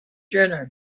journey